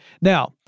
Now